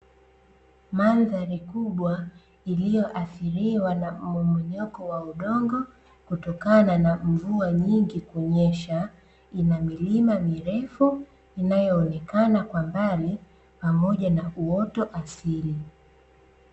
Mandhari kubwa iliyoathiriwa na mmomonyoko wa udongo kutokana na mvua nyingi kunyesha, ina milima mirefu inayoonekana kwa mbali pamoja na uoto asili.